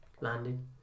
landing